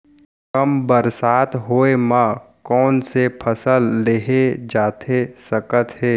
कम बरसात होए मा कौन से फसल लेहे जाथे सकत हे?